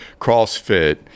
CrossFit